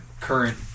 current